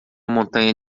montanha